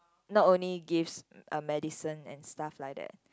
not only gives uh medicine and stuff like that